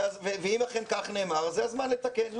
ואם אכן כך נאמר אז זה הזמן לתקן.